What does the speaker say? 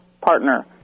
partner